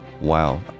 Wow